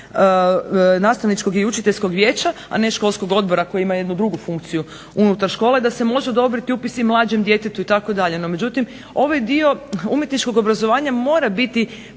nastavničkog i učiteljskog vijeća, a ne školskog odbora koji ima jednu drugu funkciju unutar škole da se može odobriti upis i mlađem djetetu itd. No međutim, ovaj dio umjetničkog obrazovanja mora biti